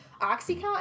Oxycontin